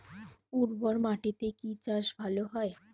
উর্বর মাটিতে কি চাষ ভালো হয়?